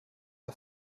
der